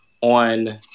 on